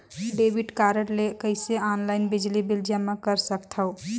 Debit card ले कइसे online बिजली बिल जमा कर सकथव?